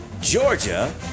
Georgia